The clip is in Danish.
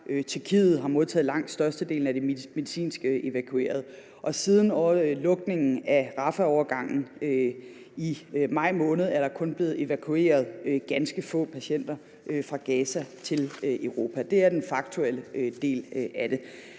Tyrkiet har modtaget langt størstedelen af de medicinsk evakuerede, og siden lukningen af Rafahovergangen i maj måned er der kun blevet evakueret ganske få patienter fra Gaza til Europa. Det er den faktuelle del af det.